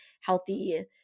healthy